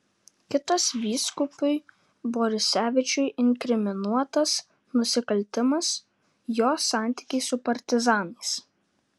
kitas vyskupui borisevičiui inkriminuotas nusikaltimas jo santykiai su partizanais